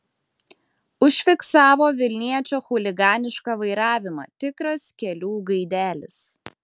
užfiksavo vilniečio chuliganišką vairavimą tikras kelių gaidelis